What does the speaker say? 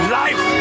life